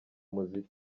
muziki